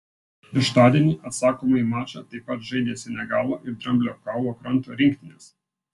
šeštadienį atsakomąjį mačą taip pat žaidė senegalo ir dramblio kaulo kranto rinktinės